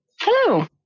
Hello